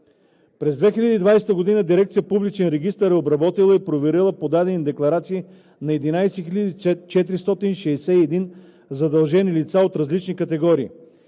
През 2020 г. Дирекция „Публичен регистър“ е обработила и проверила подадени декларации на 11 461 задължени лица от различни категории.